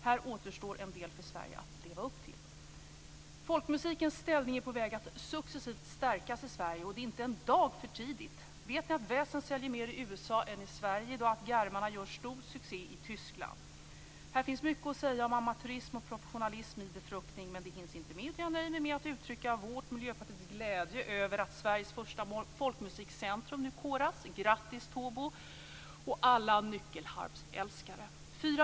Här återstår en del för Sverige att leva upp till. Folkmusikens ställning är på väg att successivt stärkas i Sverige, och det är inte en dag för tidigt. Vet ni att Väsen säljer mer i USA än i Sverige och att Garmarna gör stor succé i Tyskland? Här finns mycket att säga om amatörism och professionalism i befruktning, men det hinns inte med utan jag nöjer mig med att uttrycka Miljöpartiets glädje över att Sveriges första folkmusikcentrum nu koras. Grattis Tobo och alla nyckelharpsälskare!